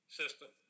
system